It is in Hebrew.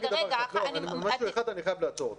אני חייב לעצור אותך.